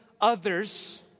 others